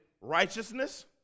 righteousness